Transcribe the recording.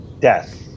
Death